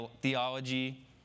theology